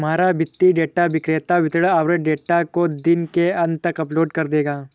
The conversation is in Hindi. तुम्हारा वित्तीय डेटा विक्रेता वितरण आवृति डेटा को दिन के अंत तक अपडेट कर देगा